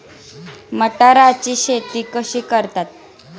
मटाराची शेती कशी करतात?